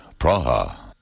Praha